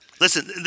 listen